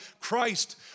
Christ